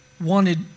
wanted